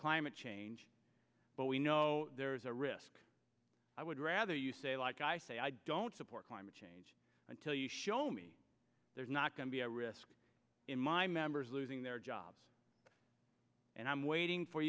climate change but we know there is a risk i would rather you say like i say i don't support climate change until you show me there's not going to be a risk in my members losing their jobs and i'm waiting for